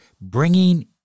bringing